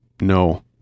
no